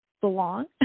belong